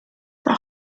the